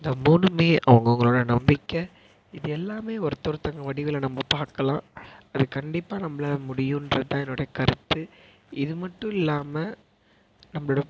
இந்த மூணுமே அவங்கவுங்களோட நம்பிக்கை இது எல்லாமே ஒருத்த ஒருத்தவங்க வடிவில் நம்ப பார்க்கலாம் அது கண்டிப்பாக நம்பளால் முடியுன்றது தான் என்னோட கருத்து இது மட்டும் இல்லாமல் நம்பளோட